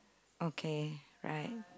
okay right